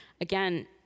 Again